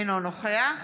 אינו נוכח